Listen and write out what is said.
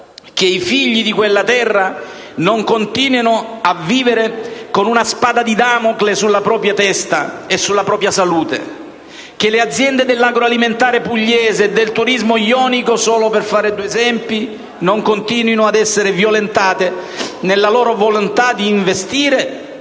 Che i figli di quella terra non continuino a vivere con una spada di Damocle sulla propria testa e sulla propria salute. Che le aziende dell'agroalimentare o del turismo jonico, solo per fare due esempi, non continuino ad essere violentate nella loro volontà di investire